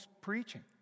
preaching